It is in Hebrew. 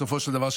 בסופו של דבר,